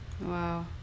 wow